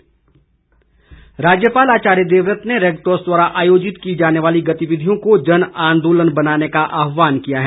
राज्यपाल राज्यपाल आचार्य देवव्रत ने रेडक्रॉस द्वारा आयोजित की जाने वाली गतिविधियों को जन आंदोलन बनाने का आहवान किया है